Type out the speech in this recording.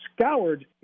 scoured